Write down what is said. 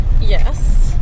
Yes